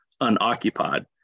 unoccupied